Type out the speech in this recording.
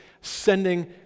sending